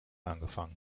angefangen